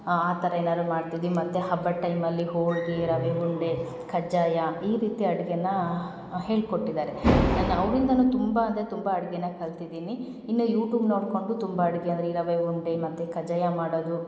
ಆ ಥರ ಏನಾದ್ರು ಮಾಡ್ತಿದ್ವಿ ಮತ್ತು ಹಬ್ಬದ ಟೈಮಲ್ಲಿ ಹೋಳಿಗೆ ರವೆ ಉಂಡೆ ಕಜ್ಜಾಯ ಈ ರೀತಿ ಅಡ್ಗೆನ ಹೇಳಿಕೊಟ್ಟಿದ್ದಾರೆ ಅವ್ರಿಂದಲೂ ತುಂಬ ಅಂದರೆ ತುಂಬ ಅಡುಗೆನ ಕಲಿತಿದ್ದೀನಿ ಇನ್ನು ಯೂಟೂಬ್ ನೋಡಿಕೊಂಡು ತುಂಬ ಅಡುಗೆ ಅಂದರೆ ಈ ರವೆ ಉಂಡೆ ಮತ್ತು ಕಜ್ಜಾಯ ಮಾಡೋದು